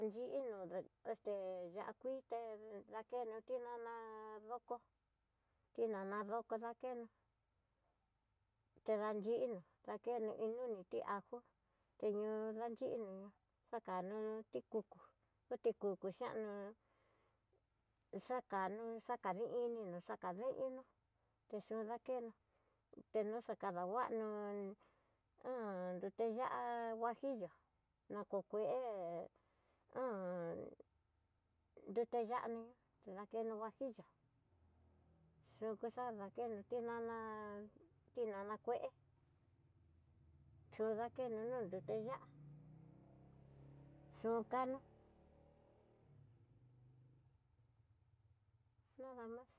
Yi'ino este dakuite, dakeno tinana doko, tinana doko dakeno, tedayina dakeno iin nuni tí ajo, teyu ndanri ño'ona, nakano ti kuu tu ti kuku xhiano, xakano xakadi inino xakadeina, te xu dakeno teno xakadanguano, rete ya'á huajillo na ko ve un, nrute xani dakeno huajillo, yukuxa dakeno tinana tinana kué chú dakeno no'o nruté ya'á chun kanó.